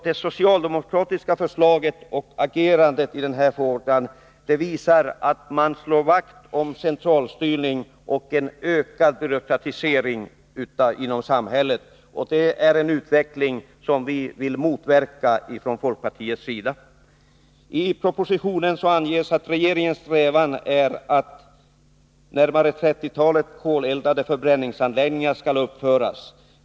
Det socialdemokratiska förslaget och agerandet i den här frågan visar att man slår vakt om centralstyrning och en ökad byråkratisering inom samhället. Det är en utveckling som vi vill motverka från folkpartiets sida. I propositionen anges att regeringens strävan är att närmare ett trettiotal koleldade förbränningsanläggningar skall uppföras.